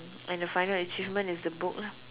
and the final achievement is the book lah